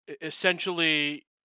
essentially